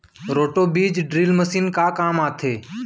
Roto बीज drill machine का काम आथे?